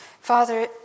Father